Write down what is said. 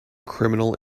criminal